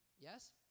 Yes